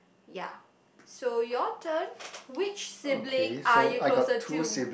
ya so your turn which sibling are you closer to